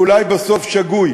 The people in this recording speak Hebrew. ואולי בסוף שגוי.